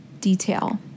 detail